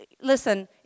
Listen